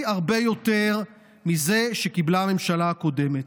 הרבה יותר מזה שקיבלה הממשלה הקודמת.